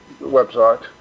website